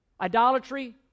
Idolatry